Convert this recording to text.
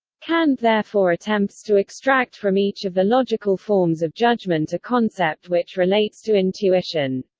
kant therefore attempts to extract from each of the logical forms of judgement a concept which relates to intuition.